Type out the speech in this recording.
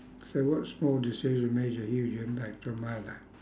so what small decision made a huge impact on my life